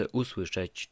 usłyszeć